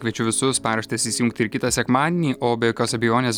kviečiu visus paraštes įsijungt ir kitą sekmadienį o be jokios abejonės